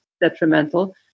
detrimental